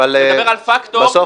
מדבר על פקטור,